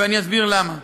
ואני אסביר למה: